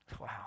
Wow